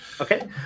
Okay